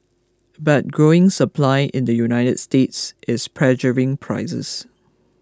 but growing supply in the United States is pressuring prices